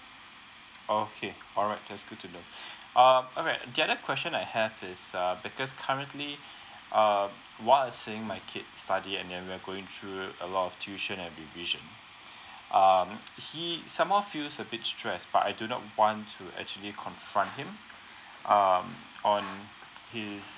okay alright that's good to know um alright the other question I have is uh because currently err while I seeing my kid study and then we are going through a lot of tuition and revision um he somehow feels a bit stress but I do not want to actually confront him um on his